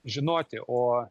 žinoti o